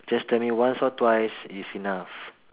just tell me once or twice is enough